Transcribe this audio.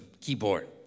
keyboard